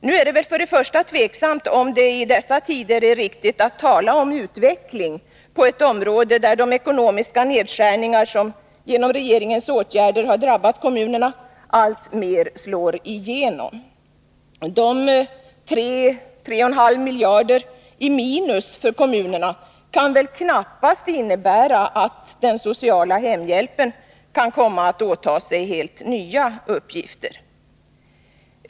Nu är det väl till att börja med tvivelaktigt om det i dessa tider är riktigt att tala om utveckling på ett område där de ekonomiska nedskärningar som genom regeringens åtgärder drabbat kommunerna alltmer slår igenom. De 3-3,5 miljarderna i minus för kommunerna kan väl knappast innebära att den sociala hemhjälpen kan komma att åta sig helt nya uppgifter.